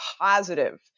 positive